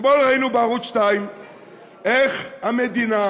אתמול ראינו בערוץ 2 איך המדינה,